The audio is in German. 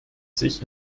sich